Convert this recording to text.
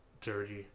dirty